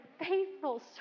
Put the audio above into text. faithful